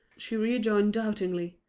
she rejoined, doubtingly.